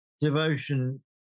devotion